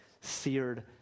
seared